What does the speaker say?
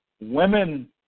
Women